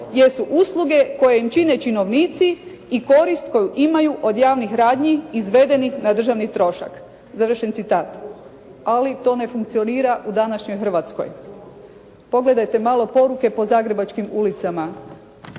jesu usluge koje im čine činovnici i korist koju imaju od javnih radnji izvedenih na državni trošak." Ali to ne funkcionira u današnjoj Hrvatskoj. Pogledajte malo poruke po Zagrebačkim ulicama.